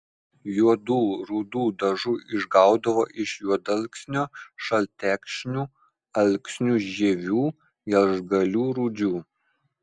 juodų rudų dažų išgaudavo iš juodalksnio šaltekšnių alksnių žievių gelžgalių rūdžių